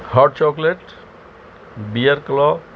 hot chocolate bear claw